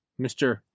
Mr